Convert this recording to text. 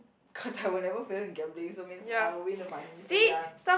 cause I would never fail in gambling so means I will win the money so ya